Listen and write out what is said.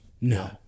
No